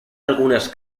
algunas